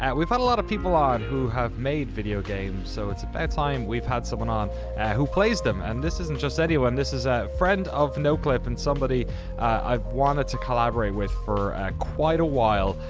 and we've had a lot of people on who have made video games, so it's about time we've had someone on who plays them. and this isn't just anyone, this is a friend of noclip and somebody i've wanted to collaborate with for quite awhile.